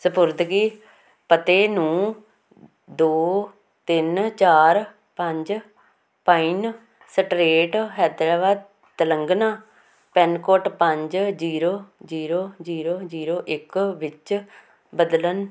ਸਪੁਰਦਗੀ ਪਤੇ ਨੂੰ ਦੋ ਤਿੰਨ ਚਾਰ ਪੰਜ Pine Street Hyderabad Telangana pin code ਪੰਜ ਜੀਰੋ ਜੀਰੋ ਜੀਰੋ ਜੀਰੋ ਇੱਕ ਵਿੱਚ ਬਦਲਣ